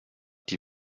die